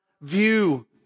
view